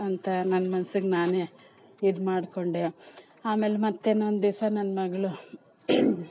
ಅಂತ ನನ್ನ ಮನ್ಸಿಗೆ ನಾನೇ ಇದು ಮಾಡಿಕೊಂಡೆ ಆಮೇಲೆ ಮತ್ತೆ ನಾನು ದಿವ್ಸ ನನ್ನ ಮಗಳು